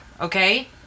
okay